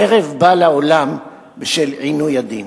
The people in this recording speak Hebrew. חרב באה לעולם בשל עינוי הדין.